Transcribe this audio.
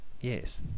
Yes